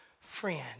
friend